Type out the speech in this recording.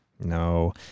No